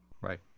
right